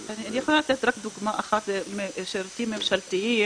אני יכולה לתת רק דוגמה אחת משירותים ממשלתיים?